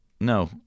No